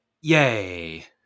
Yay